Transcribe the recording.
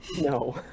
No